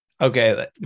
Okay